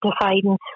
deciding